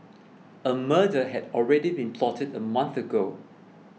a murder had already been plotted a month ago